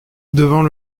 devant